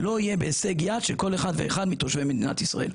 לא יהיה בהישג יד של כל אחד ואחד מתושבי מדינת ישראל.